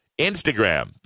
Instagram